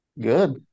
Good